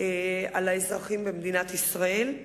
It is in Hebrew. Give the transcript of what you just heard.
על האזרחים במדינת ישראל.